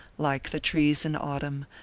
like the trees in autumn,